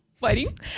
waiting